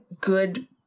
good